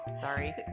Sorry